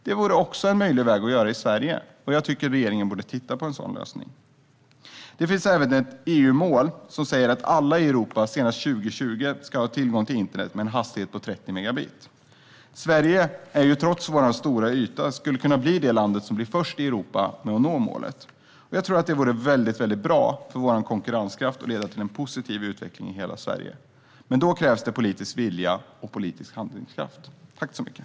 Detta vore en möjlig väg också i Sverige, och jag tycker att regeringen borde titta på en sådan lösning. Det finns även EU-mål som säger att alla i Europa senast år 2020 ska ha tillgång till internet med en hastighet på 30 megabit. Sverige skulle trots vår stora yta kunna bli det land i Europa som först når detta mål. Det vore bra för vår konkurrenskraft och skulle leda till en positiv utveckling i hela Sverige. Men då krävs politisk vilja och handlingskraft.